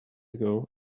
ago